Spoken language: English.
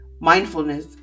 mindfulness